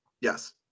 Yes